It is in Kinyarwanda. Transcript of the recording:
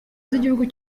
z’igihugu